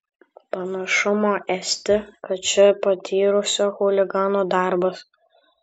panašumo esti kad čia patyrusio chuligano darbas